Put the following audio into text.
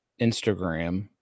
Instagram